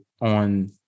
on